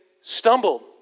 Stumbled